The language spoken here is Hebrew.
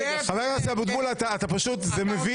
חבר הכנסת אבוטבול, זה פשוט מביש.